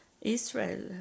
Israel